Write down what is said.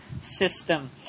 system